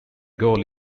goal